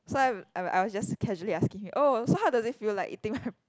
so I've I I was just casually asking him oh so how does it feel like eating my